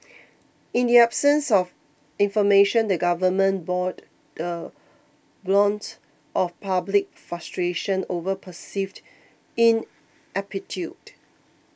in the absence of information the government bored the brunt of public frustration over perceived ineptitude